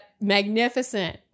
magnificent